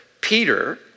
Peter